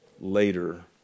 later